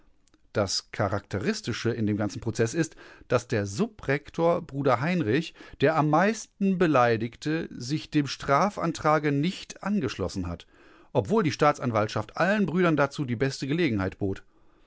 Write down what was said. das charakteristische in dem ganzen prozeß ist daß der subrektor bruder heinrich der am meisten beleidigte sich dem strafantrage nicht angeschlossen hat obwohl die staatsanwaltschaft allen brüdern dazu die beste gelegenheit bot